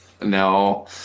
No